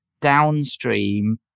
downstream